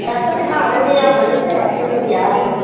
set ਦਿਖਾ ਦਿੰਦੇ ਹਾਂ ਬਣੇ ਪਏ ਆਪਣੇ ਕੋਲ ਤਿਆਰ ਹੀ ਹੈ